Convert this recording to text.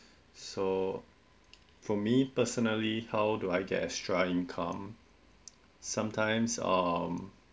so for me personally how do I get extra income sometimes um